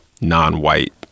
non-white